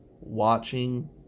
watching